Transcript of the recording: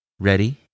Ready